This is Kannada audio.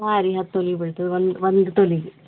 ಹಾಂ ರೀ ಹತ್ತು ತೊಲ ಬೀಳ್ತದೆ ಒಂದು ಒಂದು ತೊಲಿಗೆ